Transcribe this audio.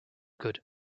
good